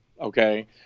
okay